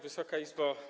Wysoka Izbo!